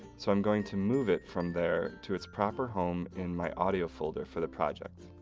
so, i'm going to move it from there to it's proper home in my audio folder for the project.